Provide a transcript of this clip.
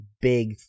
big